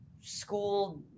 school